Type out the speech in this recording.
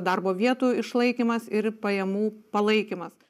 darbo vietų išlaikymas ir pajamų palaikymas